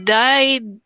died